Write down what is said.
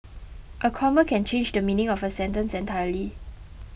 a comma can change the meaning of a sentence entirely